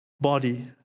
body